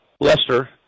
Lester